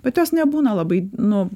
bet jos nebūna labai nu